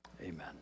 Amen